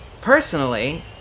Personally